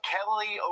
Kelly